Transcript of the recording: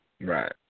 Right